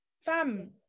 fam